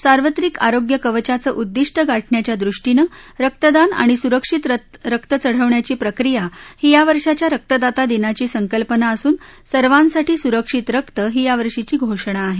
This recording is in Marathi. सार्वत्रिक आरोग्य कवचाचं उद्दीष्ट गाठण्याच्या दृष्टीनं रक्तदान आणि सुरक्षित रक्त चढवण्यीच प्रक्रिया ही या वर्षाच्या रक्तदाता दिनाची संकल्पना असून सर्वासाठी सुरक्षित रक्त ही यावर्षीची घोषणा आहे